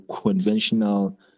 conventional